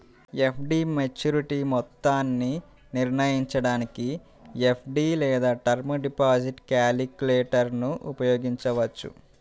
FD maturity మొత్తాన్ని నిర్ణయించడానికి FD లేదా టర్మ్ డిపాజిట్ క్యాలిక్యులేటర్ను ఉపయోగించవచ్చు